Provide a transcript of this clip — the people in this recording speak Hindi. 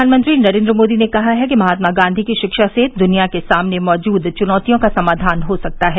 प्रधानमंत्री नरेंद्र मोदी ने कहा है कि महात्मा गांधी की शिक्षा से द्वनिया के सामने मौजूद चुनौतियों का समाधान हो सकता है